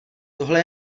tohle